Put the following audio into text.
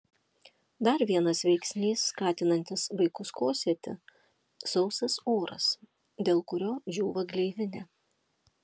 dar vienas veiksnys skatinantis vaikus kosėti sausas oras dėl kurio džiūva gleivinė